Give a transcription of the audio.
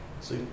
See